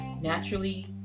naturally